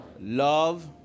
Love